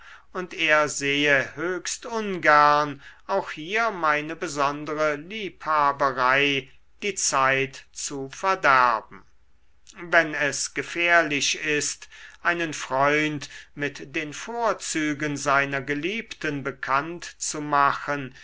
und er sehe höchst ungern auch hier meine besondere liebhaberei die zeit zu verderben wenn es gefährlich ist einen freund mit den vorzügen seiner geliebten bekannt zu machen